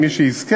עם מי שיזכה,